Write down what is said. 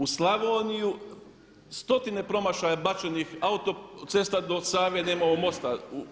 U Slavoniju stotine promašaja bačenih autocesta do Save, nemamo mosta.